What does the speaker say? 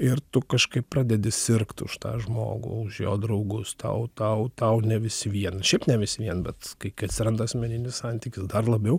ir tu kažkaip pradedi sirgt už tą žmogų už jo draugus tau tau tau ne vis vien šiaip ne vis vien bet kai kai atsiranda asmeninis santykis dar labiau